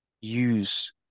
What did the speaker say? use